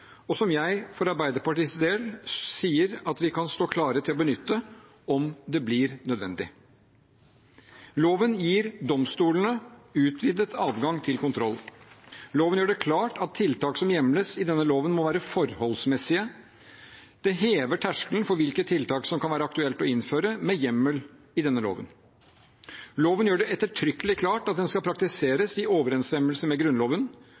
og som jeg, for Arbeiderpartiets del, sier at vi kan stå klare til å benytte om det blir nødvendig. Loven gir domstolene utvidet adgang til kontroll. Loven gjør det klart at tiltak som hjemles i denne loven, må være forholdsmessige. Det hever terskelen for hvilke tiltak det kan være aktuelt å innføre med hjemmel i denne loven. Loven gjør det ettertrykkelig klart at den skal praktiseres i overensstemmelse med Grunnloven